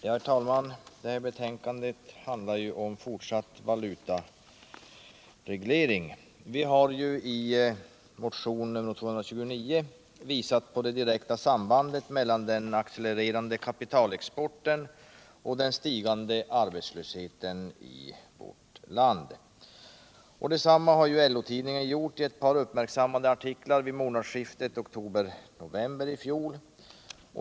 Herr talman! Det här betänkandet handlar om fortsatt valutareglering. Vi har i motion 229 visat på det direkta sambandet mellan den accelererande kapitalexporten och den stigande arbetslösheten i vårt land. Detsamma har LO-tidningen gjort i ett par uppmärksammade artiklar vid månadsskiftet oktober-november i fjol.